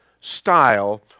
style